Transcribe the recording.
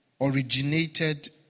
originated